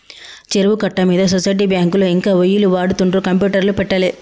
చెరువు కట్ట మీద సొసైటీ బ్యాంకులో ఇంకా ఒయ్యిలు వాడుతుండ్రు కంప్యూటర్లు పెట్టలే